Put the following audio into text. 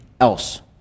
else